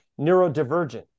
neurodivergent